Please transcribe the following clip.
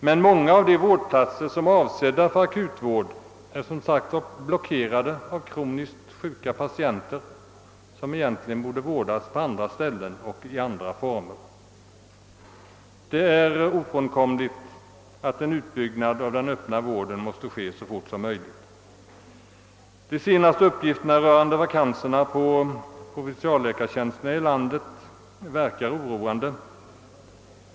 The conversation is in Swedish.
Men många av de vårdplatser som är avsedda för akutvård är som sagt blockerade av kroniskt sjuka patienter som egentligen borde vårdas på andra ställen och i andra former. Det är ofrånkomligt att en utbyggnad av den öppna vården måste ske så fort som möjligt. De senaste uppgifterna rörande vakanserna på provinsialläkartjänsterna i landet verkar dock oroande.